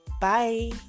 Bye